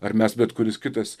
ar mes bet kuris kitas